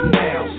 now